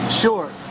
Sure